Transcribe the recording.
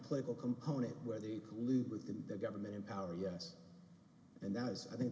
political component where the police within the government in power yes and that is i think